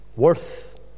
worth